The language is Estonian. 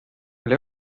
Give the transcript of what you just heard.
oli